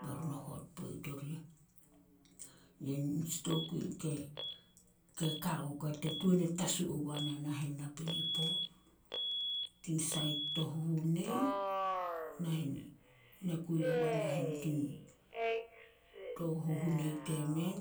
Bae run e hot poit orih. Ye nitsi tokui ke- ke ka on ke tuan e tasu ogua na nahen napinipo. Tin sait to huhunei nahen, ne kui ogua nahen to huhunei temen,